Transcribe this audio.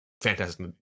fantastic